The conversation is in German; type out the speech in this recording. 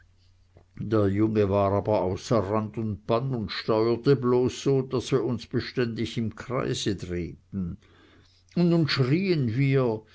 der junge war aber aus rand und band und steuerte bloß so daß wir uns beständig im kreise drehten und nun schrien wir